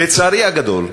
לצערי הגדול,